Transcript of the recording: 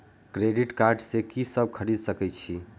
Credit card से की सब खरीद सकें छी?